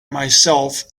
myself